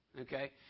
Okay